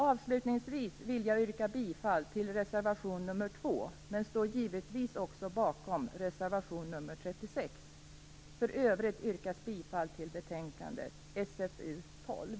Avslutningsvis vill jag yrka bifall till reservation nr 2, man jag står givetvis också bakom reservation nr 36. För övrig yrkar jag bifall till utskottets hemställan i betänkande SfU12.